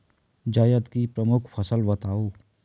जायद की प्रमुख फसल बताओ